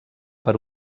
per